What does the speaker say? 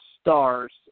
stars